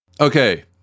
Okay